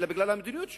אלא בגלל המדיניות שלו.